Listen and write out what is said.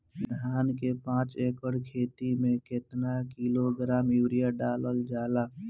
धान के पाँच एकड़ खेती में केतना किलोग्राम यूरिया डालल जाला?